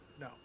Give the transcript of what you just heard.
No